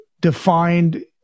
defined